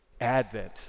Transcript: Advent